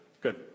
Good